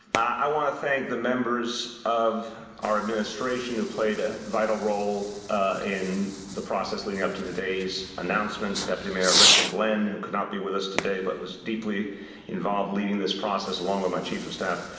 i want to thank the members of our administration who played a vital role in the process leading up to today's announcement, deputy mayor alicia glen, who could not be with us today but was deeply involved in leading this process along with my chief of staff,